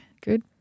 Good